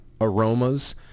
aromas